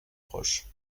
proche